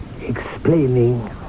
explaining